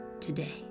today